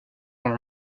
dans